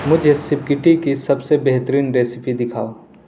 مجھے سپگیٹی کی سب سے بہترین ریسیپی دکھاؤ